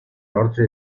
norte